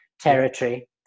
territory